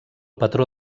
patró